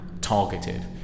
targeted